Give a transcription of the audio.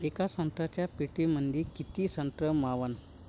येका संत्र्याच्या पेटीमंदी किती संत्र मावन?